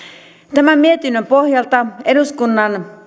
tämän mietinnön pohjalta eduskunnan